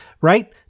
right